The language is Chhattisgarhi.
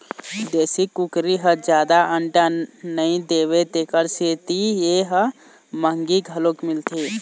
देशी कुकरी ह जादा अंडा नइ देवय तेखर सेती ए ह मंहगी घलोक मिलथे